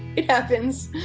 it happens!